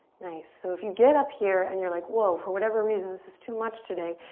nice. so if you get up here and you're like, whoa. for whatever reason, this is too much today,